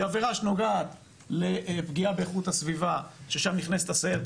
היא עבירה שנוגעת לפגיעה באיכות הסביבה ששם נכנסת הסיירת